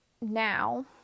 Now